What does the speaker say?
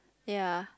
ya